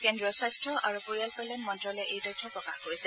কেন্দ্ৰীয় স্বাস্থ্য আৰু পৰিয়াল কল্যাণ মন্ত্ৰ্যালয়ে এই তথ্য প্ৰকাশ কৰিছে